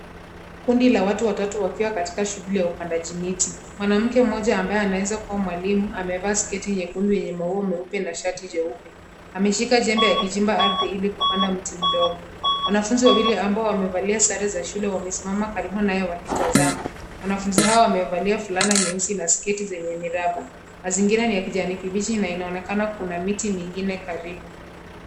Kundi la watu watatu wakiwa katika shughuli ya upandaji miti. Mwanamke mmoja ambaye anaweza kuwa mwalimu amevaa sketi nyekundu yenye maua meupe na shati jeupe. Ameshika jembe ya kijimba ardhi ili kupanda mti mdogo. Wanafunzi wawili ambao wamevalia sare za shule wamesimama karibu nayo wakitazama. Wanafunzi hao wamevalia fulana nyeusi na sketi zenye miraba. Mazingira ni ya kijani kibishi na inaonekana kuna miti mingine karibu.